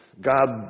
God